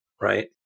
right